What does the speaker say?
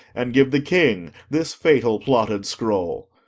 and give the king this fatal-plotted scroll.